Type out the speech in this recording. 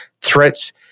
threats